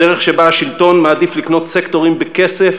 בדרך שבה השלטון מעדיף לקנות סקטורים בכסף